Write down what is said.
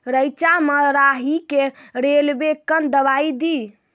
रेचा मे राही के रेलवे कन दवाई दीय?